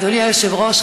אדוני היושב-ראש,